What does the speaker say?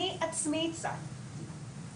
אני עצמי הצעתי,